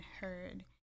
heard